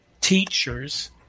teachers